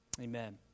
amen